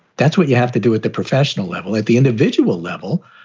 that's what you have to do at the professional level, at the individual level.